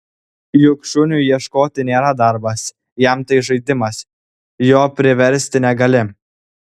juk šuniui ieškoti nėra darbas jam tai žaidimas jo priversti negali